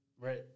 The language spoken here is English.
Right